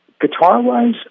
Guitar-wise